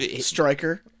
Striker